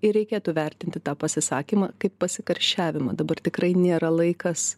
ir reikėtų vertinti tą pasisakymą kaip pasikarščiavimą dabar tikrai nėra laikas